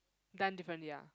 done differently ah